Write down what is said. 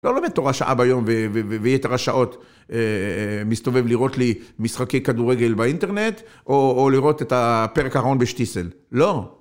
לא לומד תורה שעה ביום, ויתר השעות מסתובב לראות לי משחקי כדורגל באינטרנט, או לראות את הפרק האחרון בשטיסל. לא.